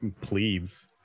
plebes